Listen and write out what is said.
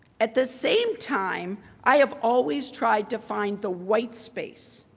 at the same time i have always tried to find the white space,